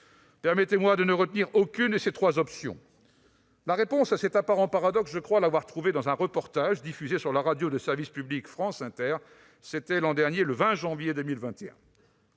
Permettez-moi de ne retenir aucune de ces trois options. La réponse à cet apparent paradoxe, je crois l'avoir trouvée dans un reportage diffusé sur la radio de service public France Inter, le 20 janvier 2021.